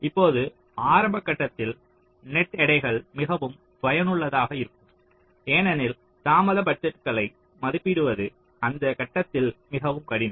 இப்போது ஆரம்ப கட்டத்தில் நெட் எடைகள் மிகவும் பயனுள்ளதாக இருக்கும் ஏனெனில் தாமத பட்ஜெட்களை மதிப்பிடுவது அந்த கட்டத்தில் மிகவும் கடினம்